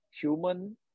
human